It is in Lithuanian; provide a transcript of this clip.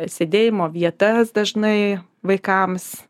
sėdėjimo vietas dažnai vaikams